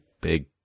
big